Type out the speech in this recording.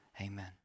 amen